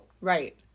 Right